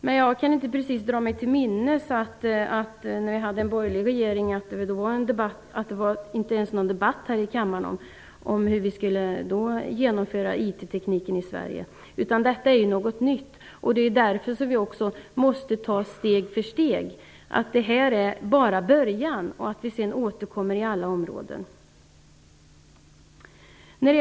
Men jag kan inte dra mig till minnes att det var någon debatt här i kammaren om hur vi skulle genomföra IT i Sverige när vi hade en borgerlig regering. Detta är ju något nytt. Det är därför som vi måste ta detta steg för steg. Detta är bara början. Sedan får vi återkomma på alla områden.